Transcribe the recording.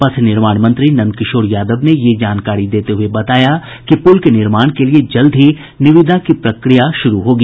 पथ निर्माण मंत्री नंदकिशोर यादव ने ये जानकारी देते हये बताया कि पूल के निर्माण के लिये जल्द ही निविदा की प्रक्रिया शुरू होगी